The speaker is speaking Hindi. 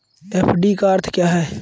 एफ.डी का अर्थ क्या है?